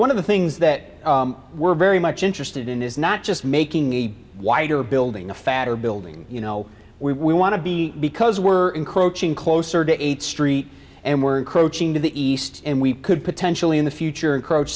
one of the things that we're very much interested in is not just making the wider building a fatter building you know we want to be because we're encroaching closer to eight street and we're encroaching to the east and we could potentially in the future encroach